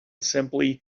simply